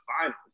finals